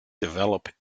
develop